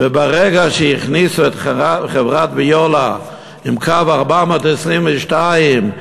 וברגע שהכניסו את חברת "ויאוליה" עם קו 422,